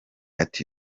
ati